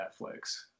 Netflix